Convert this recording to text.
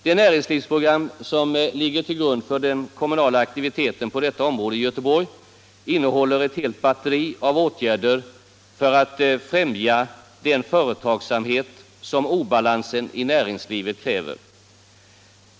Det näringslivsprogram som ligger till grund för den kommunala aktiviteten på detta område i Göteborg innehåller ett helt batteri av åtgärder för att främja den företagsamhet som obalansen i näringslivet kräver.